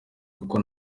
kuko